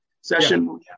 session